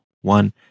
one